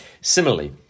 Similarly